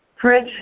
fridge